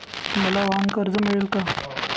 मला वाहनकर्ज मिळेल का?